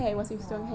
orh